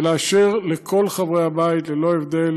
ולאשר לכל חברי הבית, ללא הבדל